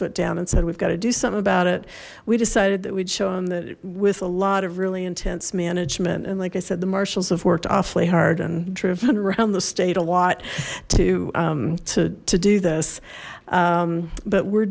foot down and said we've got to do something about it we decided that we'd show him that with a lot of really intense management and like i said the marshals have worked awfully hard and driven around the state a lot too to do this but we're